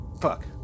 Fuck